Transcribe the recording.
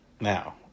Now